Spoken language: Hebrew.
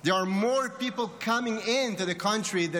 there are more people coming into the country than